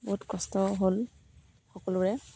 বহুত কষ্ট হ'ল সকলোৰে